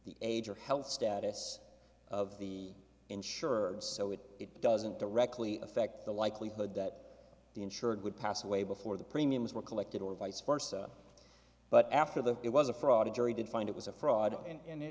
the age or health status of the insured so it it doesn't directly affect the likelihood that the insured would pass away before the premiums were collected or vice versa but after that it was a fraud a jury did find it was a fraud and